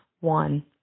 one